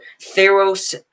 Theros